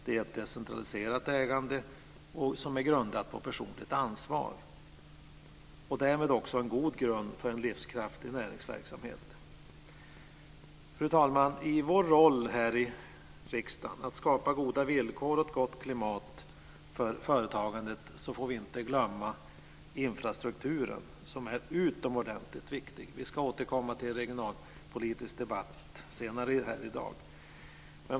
Det är ett decentraliserat ägande som är grundat på personligt ansvar och därmed en god grund för en livskraftig näringsverksamhet. Fru talman! I vår roll här i riksdagen att skapa goda villkor och ett gott klimat för företagandet får vi inte glömma infrastrukturen som är utomordentligt viktig. Vi ska återkomma till en regionalpolitisk debatt senare i dag.